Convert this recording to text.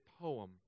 poem